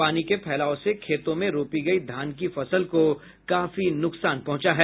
पानी के फैलाव से खेतों में रोपी गयी धान की फसल को काफी नुकसान पहुँचा है